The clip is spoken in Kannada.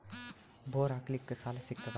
ಬೋರ್ ಹಾಕಲಿಕ್ಕ ಸಾಲ ಸಿಗತದ?